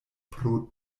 pro